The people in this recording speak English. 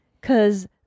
cause